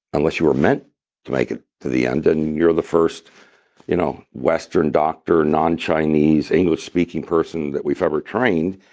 unless you were meant to make it to the end, and and you're the first you know western doctor, non-chinese, english-speaking person that we've ever trained.